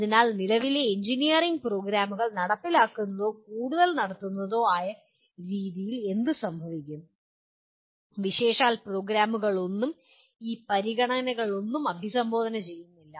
അതിനാൽ നിലവിൽ എഞ്ചിനീയറിംഗ് പ്രോഗ്രാമുകൾ നടപ്പിലാക്കുന്നതോ കൂടുതൽ നടത്തുന്നതോ ആയ രീതിയിൽ എന്ത് സംഭവിക്കും വിശേഷാൽ പ്രോഗ്രാമുകളൊന്നും ഈ പരിഗണനകളൊന്നും അഭിസംബോധന ചെയ്യുന്നില്ല